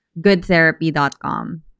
goodtherapy.com